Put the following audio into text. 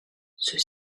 ceux